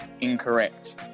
incorrect